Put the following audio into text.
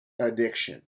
addiction